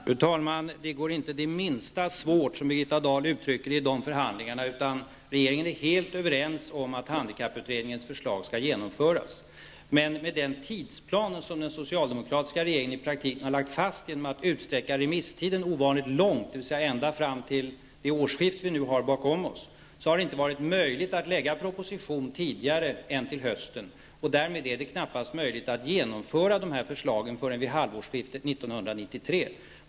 Fru talman! Det går inte, som Birgitta Dahl uttryckte det, det minsta svårt vid förhandlingarna. Regeringen är helt överens om att handikapputredningens förslag skall genomföras. Men den tidsplan som den socialdemokratiska regeringen i praktiken lade fast gjorde att den utsträckta remisstiden blev ovanligt lång, dvs. ända fram till det årskifte som vi nu har bakom oss, och därför är det inte möjligt att lägga fram en proposition tidigare än till hösten. Av den anledningen är det knappast möjligt att förverkliga de här förslagen förrän vid halvårskiftet 1993.